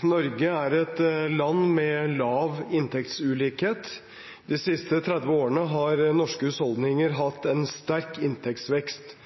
Norge er et land med lav inntektsulikhet. De siste 30 årene har norske husholdninger hatt en sterk inntektsvekst.